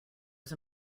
was